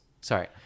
Sorry